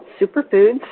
Superfoods